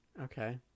Okay